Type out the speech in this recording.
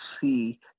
see